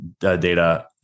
data